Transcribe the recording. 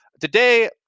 today